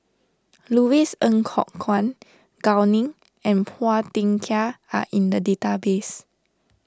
Louis Ng Kok Kwang Gao Ning and Phua Thin Kiay are in the database